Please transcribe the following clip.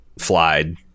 flied